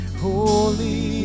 holy